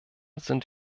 sind